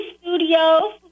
Studio